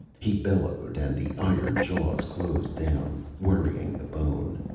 he bellowed, and the iron jaws closed down, worrying the bone.